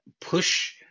push